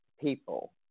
people